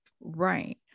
Right